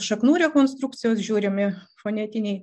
šaknų rekonstrukcijos žiūrimi fonetiniai